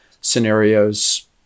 scenarios